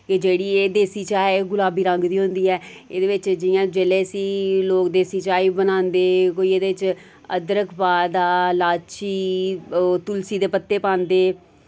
एह् जेह्ड़ी एह् देसी चा ऐ गुलाबी रंग दी होंदी ऐ एह्दे बिच जियां जेल्लै इसी लोक देसी चाह् ही बनांदे कोई एह्दे च अदरक पा दा लाची ओह् तुलसी दे पत्ते पांदे